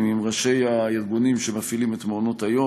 עם ראשי הארגונים שמפעילים את מעונות-היום.